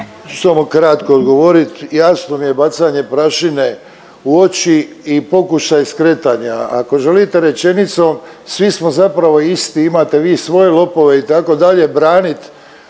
Samo kratko odgovorit. Jasno mi je bacanje prašine u oči i pokušaj skretanja. Ako želite rečenicom svi smo zapravo isti, imate vi svoje lopove itd., branit